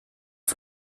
für